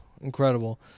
incredible